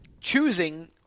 choosing